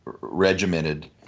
regimented